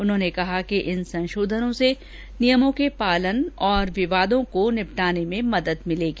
उन्होंने कहा कि इन संशोधनों से नियमों के पालन और विवादों को निपटाने में मदद मिलेगी